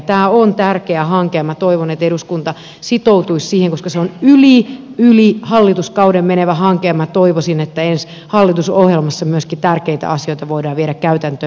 tämä on tärkeä hanke ja minä toivon että eduskunta sitoutuisi siihen koska se on yli yli hallituskauden menevä hanke ja minä toivoisin että ensi hallitusohjelmassa myöskin tärkeitä asioita voidaan viedä käytäntöön